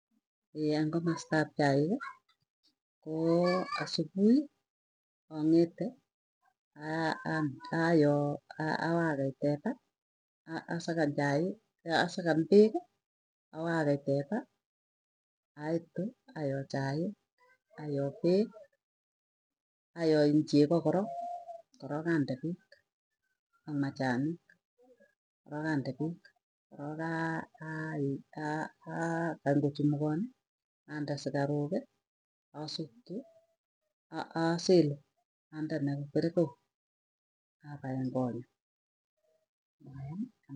ang komastap chaiki, koo asubuhi ang'ete ayoo awakei tetaa asakan chaik asakan peek, awakei teta aitu ayoo chaik ayoo peek ayoo chego korok, korok ande peek ak machanik, korok ande peek korook akany kochamugy ande sukaruki asutu asilu andene kipirikok apaien ponyu.